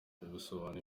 yabisobanuye